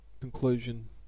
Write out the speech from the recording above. conclusion